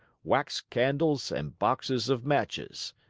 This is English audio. wax candles, and boxes of matches.